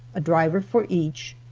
a driver for each,